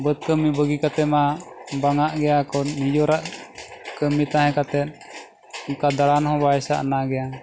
ᱵᱟᱹᱫᱽ ᱠᱟᱹᱢᱤ ᱵᱟᱹᱜᱤ ᱠᱟᱛᱮ ᱢᱟ ᱵᱟᱝᱟᱜ ᱜᱮᱭᱟ ᱠᱚ ᱱᱤᱡᱮᱨᱟᱜ ᱠᱟᱹᱢᱤ ᱛᱟᱦᱮᱸ ᱠᱟᱛᱮ ᱚᱱᱠᱟ ᱫᱟᱬᱟᱱ ᱦᱚᱸ ᱵᱟᱭ ᱥᱟᱱᱟ ᱜᱮᱭᱟ